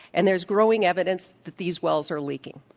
and there's growing evidence that these wells are leaking.